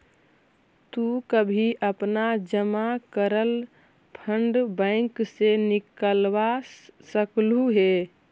तु कभी अपना जमा करल फंड बैंक से निकलवा सकलू हे